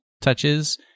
touches